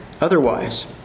otherwise